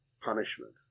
punishment